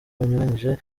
bunyuranyije